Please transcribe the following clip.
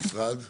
משרד המשפטים,